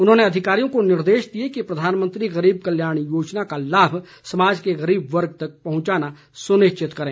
उन्होंने अधिकारियों को निर्देश दिए कि प्रधानमंत्री गरीब कल्याण योजना का लाभ समाज के गरीब वर्ग तक पहुंचाना सुनिश्चित करें